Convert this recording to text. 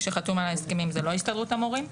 שחתום על ההסכמים זו לא הסתדרות המורים.